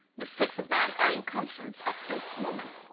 the six of them are in conference at this moment.